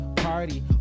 party